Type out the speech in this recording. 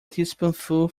teaspoonsful